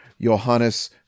Johannes